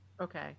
okay